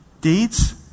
Deeds